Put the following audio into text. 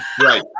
Right